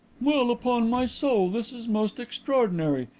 well, upon my soul this is most extraordinary,